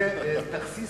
זה תכסיס